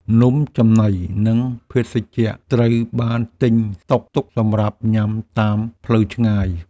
នំចំណី និងភេសជ្ជៈត្រូវបានទិញស្តុកទុកសម្រាប់ញ៉ាំតាមផ្លូវឆ្ងាយ។